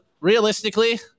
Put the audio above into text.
realistically